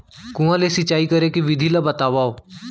कुआं ले सिंचाई करे के विधि ला बतावव?